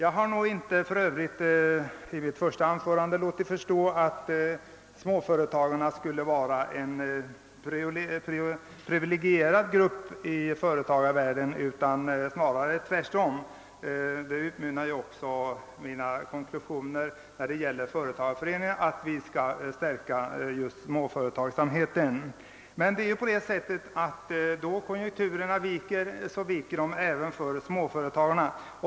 I mitt första anförande har jag inte låtit förstå att småföretagarna skulle vara en privilegierad grupp i företagarvärlden utan snarare tvärtom. Mina konklusioner när det gäller företagareföreningarna utmynnar också i att vi skall stärka småföretagsamheten. Då konjunkturerna viker gör de det även för småföretagarna.